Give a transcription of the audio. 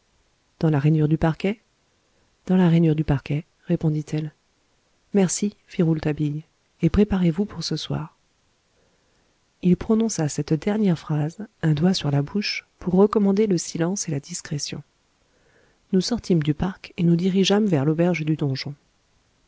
dans la rainure du parquet dans la rainure du parquet répondit-elle merci fit rouletabille et préparez-vous pour ce soir il prononça cette dernière phrase un doigt sur la bouche pour recommander le silence et la discrétion nous sortîmes du parc et nous dirigeâmes vers l'auberge du donjon